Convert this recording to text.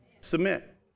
Submit